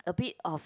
a bit of